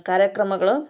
ಕಾರ್ಯಕ್ರಮಗಳು